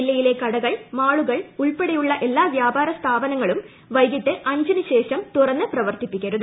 ജില്ലയിലെ കടകൾ മാളുകൾ ഉൾപ്പെടെയുള്ള എല്ലാ വ്യാപാര സ്ഥാപനങ്ങളും വൈകിട്ട് അഞ്ചിന് ശേഷം തുറന്ന് പ്രവർത്തിപ്പിക്കരുത്